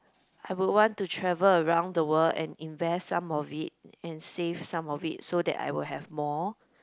I would want to travel around the world and invest some of it and save some of it so that I will have more